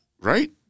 Right